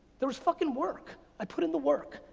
there was fucking work. i put in the work.